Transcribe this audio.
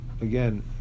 again